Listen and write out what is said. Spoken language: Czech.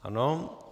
Ano.